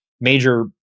major